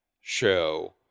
show